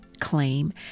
claim